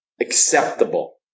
acceptable